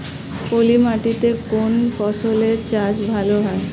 পলি মাটিতে কোন ফসলের চাষ ভালো হয়?